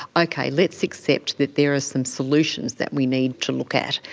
okay, let's accept that there are some solutions that we need to look at.